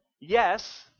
yes